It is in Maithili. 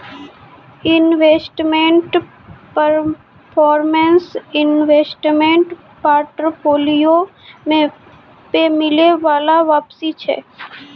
इन्वेस्टमेन्ट परफारमेंस इन्वेस्टमेन्ट पोर्टफोलिओ पे मिलै बाला वापसी छै